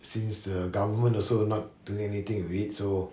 since the government also not doing anything with it so